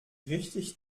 richtig